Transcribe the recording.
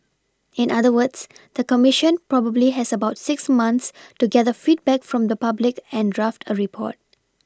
in other words the commission probably has about six months to gather feedback from the public and draft a report